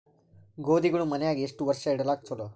ಗೋಧಿಗಳು ಮನ್ಯಾಗ ಎಷ್ಟು ವರ್ಷ ಇಡಲಾಕ ಚಲೋ?